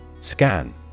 Scan